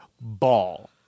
ball